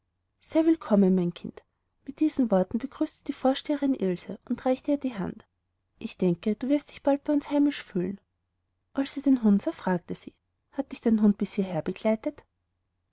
willkommen mein kind mit diesen worten begrüßte die vorsteherin ilse und reichte ihr die hand ich denke du wirst dich bald bei uns heimisch fühlen als sie den hund sah fragte sie hat dich dein hund bis hierher begleitet